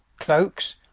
cloakes,